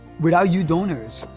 without you donors,